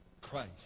Christ